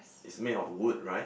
it's made of wood right